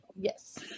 yes